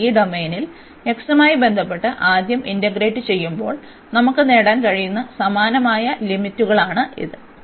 എന്നാൽ ഈ ഡൊമെയ്നിൽ x മായി ബന്ധപ്പെട്ട് ആദ്യം ഇന്റഗ്രേറ്റ് ചെയ്യുമ്പോൾ നമുക്ക് നേടാൻ കഴിയുന്ന സമാനമായ ലിമിറ്റുകളാണ് ഇത്